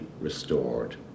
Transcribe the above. restored